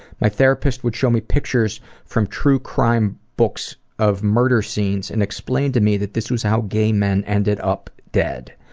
my therapist would show me pictures from true crime books of murder scenes and explain to me that this was how gay men ended up dead.